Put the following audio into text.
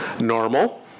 Normal